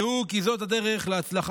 דעו כי זאת הדרך להצלחה